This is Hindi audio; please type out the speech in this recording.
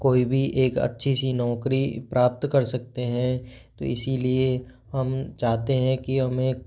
कोई भी एक अच्छी सी नौकरी प्राप्त कर सकते हैं तो इसलिए हम चाहते हैं कि हमें